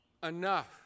Enough